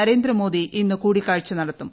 നരേന്ദ്രമോദി ഇന്ന് കൂടിക്കാഴ്ച നടത്തും